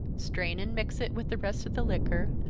strain and mix it with the rest of the liquor,